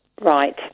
right